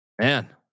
man